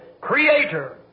Creator